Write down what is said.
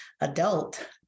adult